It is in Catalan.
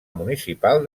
municipal